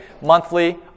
monthly